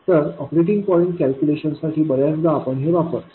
तरऑपरेटिंग point calculation साठी बर्याचदा आपण हे वापरतो